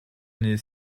n’est